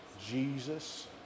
Jesus